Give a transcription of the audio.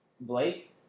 Blake